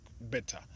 better